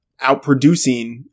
outproducing